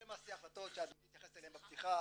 זה למעשה החלטות שאדוני התייחס אליהן בפתיחה,